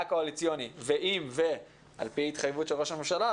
קואליציוני ואם ועל פי התחייבות של ראש הממשלה,